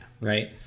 right